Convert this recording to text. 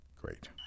Great